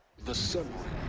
the sun ring.